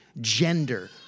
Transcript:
gender